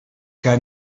que